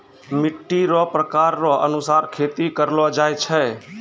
मिट्टी रो प्रकार रो अनुसार खेती करलो जाय छै